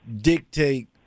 dictate